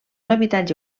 habitatge